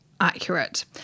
accurate